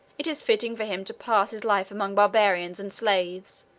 it is fitting for him to pass his life among barbarians and slaves,